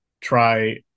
try